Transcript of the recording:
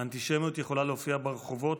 האנטישמיות יכולה להופיע ברחובות,